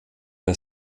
der